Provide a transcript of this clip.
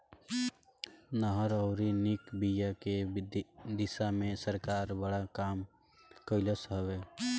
नहर अउरी निक बिया के दिशा में सरकार बड़ा काम कइलस हवे